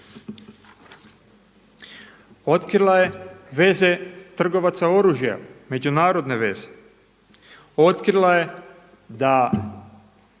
Otkrila je veze trgovaca oružja, međunarodne veze. Otkrila je da